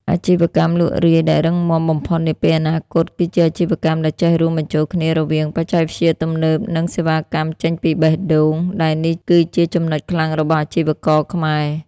អាជីវកម្មលក់រាយដែលរឹងមាំបំផុតនាពេលអនាគត គឺអាជីវកម្មដែលចេះរួមបញ្ចូលគ្នារវាង "បច្ចេកវិទ្យាទំនើប" និង "សេវាកម្មចេញពីបេះដូង" ដែលនេះគឺជាចំណុចខ្លាំងរបស់អាជីវករខ្មែរ។